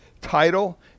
title